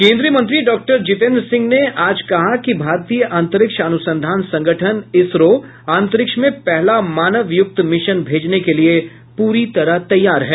केन्द्रीय मंत्री डॉक्टर जितेन्द्र सिंह ने आज कहा कि भारतीय अंतरिक्ष अनुसंधान संगठन इसरो अंतरिक्ष में पहला मानव युक्त मिशन भेजने के लिए प्ररी तरह तैयार है